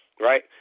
right